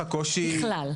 ההפך.